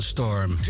Storm